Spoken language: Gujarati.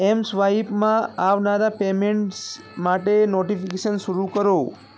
એમસ્વાઈપમાં આવનારા પેમેન્ટ્સ માટે નોટીફીકેશન શરૂ કરો